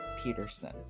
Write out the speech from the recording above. Peterson